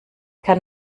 kann